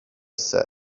said